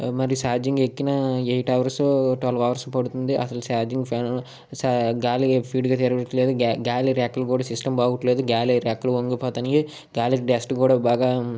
మరి ఛార్జింగ్ ఎక్కినా eight hours twelve hours పడుతుంది అస్సలు ఛార్జింగ్ ఫాన్ చా గాలి స్పీడ్గా తిరగట్లేదు గా గాలి రెక్కలు కూడా సిస్టమ్ బాగోట్లేదు గాలి రెక్కలు వంగిపోతున్నాయి గాలికి డస్ట్ కూడా బాగా